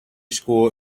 school